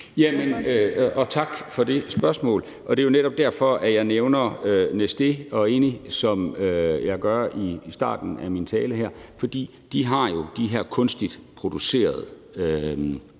Tak for det spørgsmål. Det er netop derfor, at jeg nævner Neste og Eni i starten af min tale her, for de har jo de her kunstigt producerede